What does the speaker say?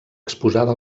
exposada